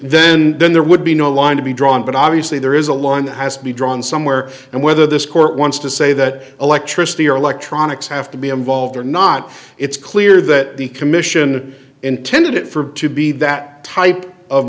then then there would be no line to be drawn but obviously there is a line that has to be drawn somewhere and whether this court wants to say that electricity or electronics have to be involved or not it's clear that the commission intended it for to be that type of